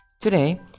Today